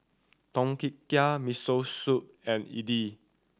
Tom Kha Gai Miso Soup and Idili